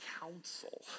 counsel